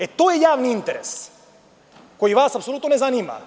E, to je javni interes koji vas apsolutno ne zanima.